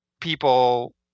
people